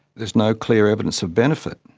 there is no clear evidence of benefit.